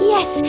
Yes